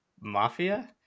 mafia